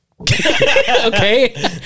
Okay